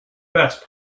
best